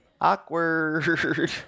Awkward